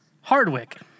Hardwick